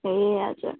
ए हजुर